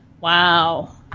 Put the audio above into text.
Wow